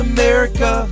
America